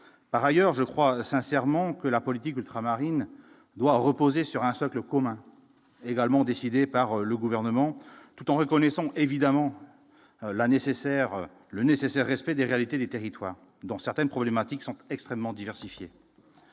par ailleurs, je crois sincèrement que la politique marine doit reposer sur un socle commun également décidé par le gouvernement, tout en reconnaissant qu'évidemment, la nécessaire le nécessaire respect des réalités des territoires dans certaines problématiques sont extrêmement diversifiées.